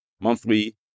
monthly